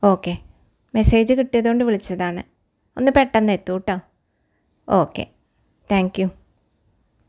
okay message കിട്ടിയത് കൊണ്ട് വിളിച്ചതാണ് ഒന്ന് പെട്ടന്ന് എത്തൂട്ടൊ ഓക്കെ താങ്ക് യൂ